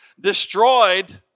destroyed